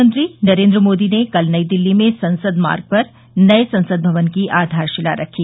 प्रधानमंत्री नरेंद्र मोदी ने कल नई दिल्ली में संसद मार्ग पर नये संसद भवन की आधारशिला रखी